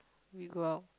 we go out